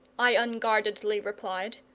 i unguardedly replied.